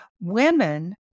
Women